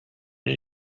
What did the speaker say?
did